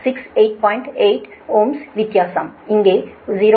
8 Ω வித்தியாசம் இங்கே 0